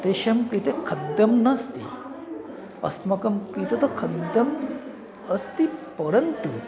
तेषां कृते खाद्यं नास्ति अस्माकं कृते तु खाद्यम् अस्ति परन्तु